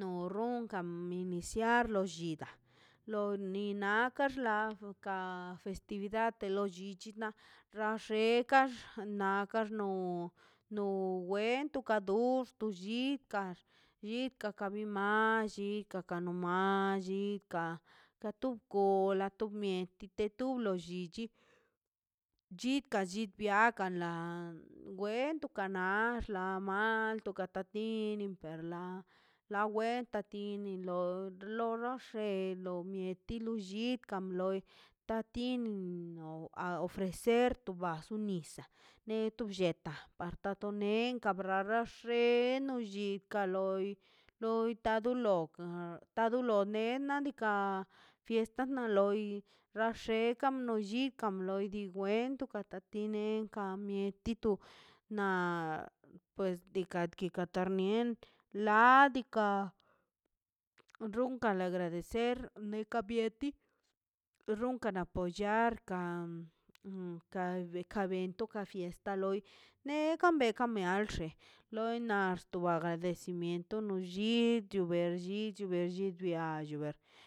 no ronkan en misiar lo llidaꞌ lo ni naka xḻa roka festividad de loi lo llichi na xa xenkan naka xnon no wento ka no ux to llit kar llit ika ka bi mal llika ka non mallika ka top kola to mieti to tu kulo llichi chika chich biakan lan wento ka na axla no malto kan binin per la la wenta tini lor lore xe mieti lollinka wa loi ta tini no a ofrecer to basu nisaꞌ ne to blletaꞌ parta to nenka brara xe xeno llikan loi loi tar tu lok dulo ne nadika fiesta na loi na xekan no lli dikan no lli di wen bata tinenka ka mieti to na pues nikar tina nie dad diikaꞌ runkan agradecer meka mieti runkan apollar kan ka kabenin toka fiesta loi neka neka bem nalxe to loi na agradecimiento no lli to berllicho ber lli cho lluber